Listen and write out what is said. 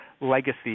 legacy